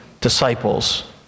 disciples